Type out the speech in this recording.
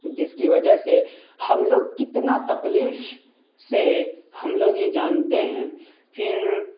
جس کی وجہ سے ہم لوگ کتنا تکلیف سہے ہم لوگ ہی جانتے ہیں پھر